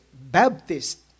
Baptist